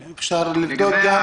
אם אפשר לבדוק גם,